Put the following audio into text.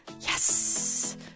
Yes